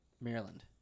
Maryland